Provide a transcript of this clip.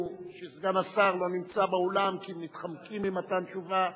שסגן השר לא נמצא באולם כי מתחמקים ממתן תשובה.